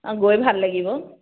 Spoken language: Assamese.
অঁ গৈ ভাল লাগিব